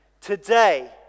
Today